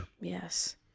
Yes